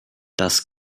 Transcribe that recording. das